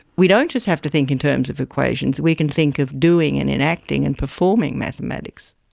we don't just have to think in terms of equations, we can think of doing and enacting and performing mathematics.